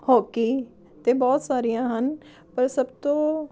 hockey ਅਤੇ ਬਹੁਤ ਸਾਰੀਆਂ ਹਨ ਪਰ ਸਭ ਤੋਂ